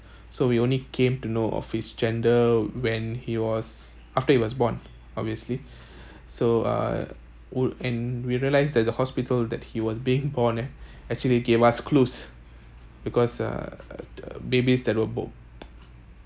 so we only came to know of his gender when he was after he was born obviously so uh would and we realised that the hospital that he was being born at actually gave us clues because uh the babies that were bo~